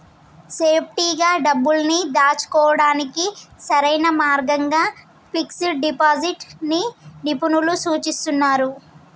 సేఫ్టీగా డబ్బుల్ని దాచుకోడానికి సరైన మార్గంగా ఫిక్స్డ్ డిపాజిట్ ని నిపుణులు సూచిస్తున్నరు